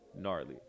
gnarly